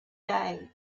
day